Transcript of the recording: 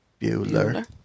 Bueller